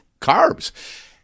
carbs